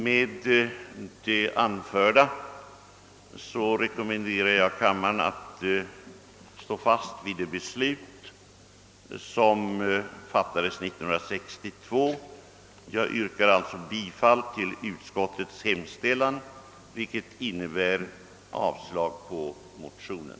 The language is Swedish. Med det anförda rekommenderar jag kammaren att stå fast vid det beslut som fattades 1962. Jag yrkar alltså bifall till utskottets hemställan, vilket innebär avslag på motionen.